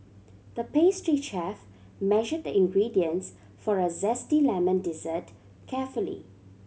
the pastry chef measured the ingredients for a zesty lemon dessert carefully